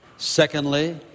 Secondly